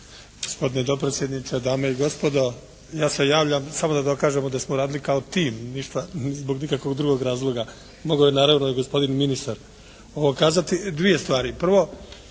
Gospodine dopredsjedniče, dame i gospodo. Ja se javljam samo da dokažem da smo radili kao tim, zbog nikakvog drugog razloga. Mogao je naravno i gospodin ministar ovo kazati. Dvije stvari.